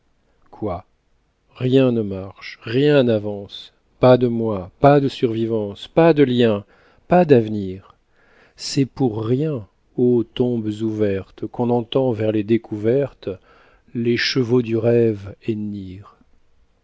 quoi rien ne marche rien n'avance pas de moi pas de survivance pas de lien pas d'avenir c'est pour rien ô tombes ouvertes qu'on entend vers les découvertes les chevaux du rêve